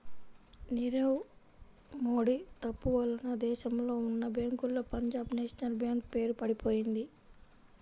నీరవ్ మోడీ తప్పు వలన దేశంలో ఉన్నా బ్యేంకుల్లో పంజాబ్ నేషనల్ బ్యేంకు పేరు పడిపొయింది